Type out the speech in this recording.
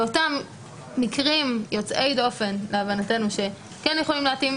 אותם מקרים יוצאי דופן שכן יכולים להתאים,